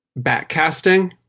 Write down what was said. backcasting